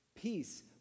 Peace